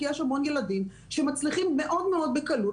כי יש הרבה ילדים שמצליחים מאוד בקלות